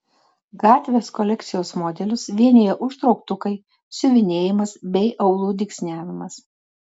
gatvės kolekcijos modelius vienija užtrauktukai siuvinėjimas bei aulų dygsniavimas